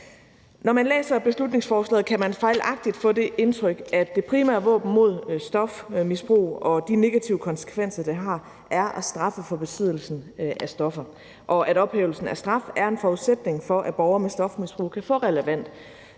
Når man læser beslutningsforslaget, kan man fejlagtigt få det indtryk, at det primære våben mod stofmisbrug og de negative konsekvenser, det har, er at straffe for besiddelsen af stoffer, og at ophævelsen af straf er en forudsætning for, at borgere med et stofmisbrug kan få relevant